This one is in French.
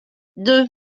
deux